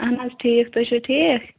اَہَن حظ ٹھیٖک تُہۍ چھُو ٹھیٖک